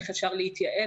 איך אפשר להתייעל,